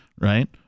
right